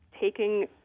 taking